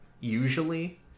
usually